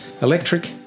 electric